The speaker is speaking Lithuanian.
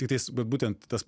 tiktais vat būtent tas